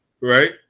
Right